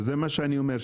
וזה מה שאני אומר,